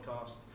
podcast